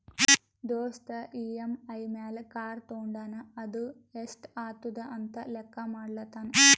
ದೋಸ್ತ್ ಇ.ಎಮ್.ಐ ಮ್ಯಾಲ್ ಕಾರ್ ತೊಂಡಾನ ಅದು ಎಸ್ಟ್ ಆತುದ ಅಂತ್ ಲೆಕ್ಕಾ ಮಾಡ್ಲತಾನ್